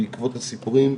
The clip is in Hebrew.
בעקבות הסיפורים,